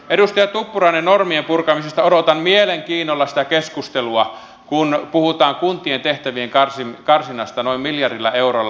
edustaja tuppurainen normien purkamisesta odotan mielenkiinnolla sitä keskustelua kun puhutaan kuntien tehtävien karsinnasta noin miljardilla eurolla